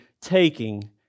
taking